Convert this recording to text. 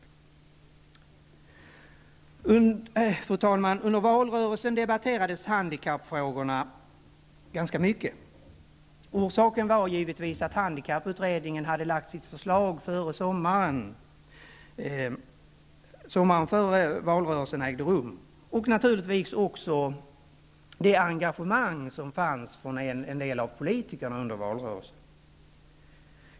Fru talman! Under valrörelsen debatterades handikappfrågorna ganska mycket. Orsaken var givetvis att handikapputredningen hade lagt fram sitt förslag före sommaren och naturligtvis också det engagemang som fanns hos en del politiker under valrörelsen.